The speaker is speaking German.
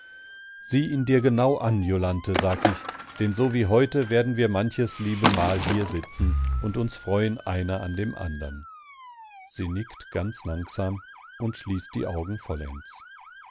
sieh ihn dir genau an jolanthe sag ich denn so wie heute werden wir manches liebe mal hier sitzen und uns freuen einer an dem andern sie nickt ganz langsam und schließt die augen vollends